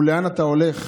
ולאן אתה הולך,